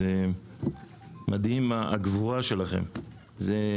והגבורה שלכם פשוט מדהימה.